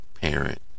parent